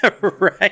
right